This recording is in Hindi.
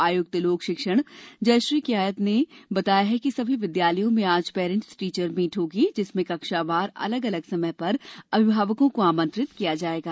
आयुक्त लोक शिक्षण श्रीमती जयश्री कियावत ने बताया कि सभी विद्यालयों में आज पेरेंट्स टीचर मीट होगी जिसमें कक्षावार अलग अलग समय पर अभिभावकों को आमंत्रित किया जाएगा